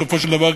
בסופו של דבר,